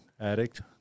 addict